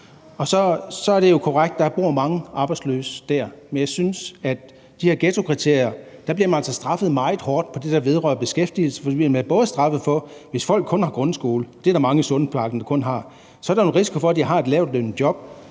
Så er det jo korrekt, at der bor mange arbejdsløse dér, men jeg synes altså, at man i forhold til de her ghettokriterier bliver straffet meget hårdt med hensyn til det, der vedrører beskæftigelse, for man bliver straffet, hvis folk kun har gået i grundskole – det er der mange i Sundparken der kun har. Så er der jo en risiko for, at de har et lavtlønnet job,